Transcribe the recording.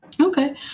Okay